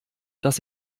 dass